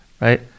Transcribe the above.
right